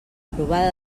aprovada